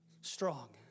strong